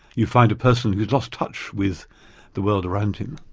you find a person who'd lost touch with the world around him,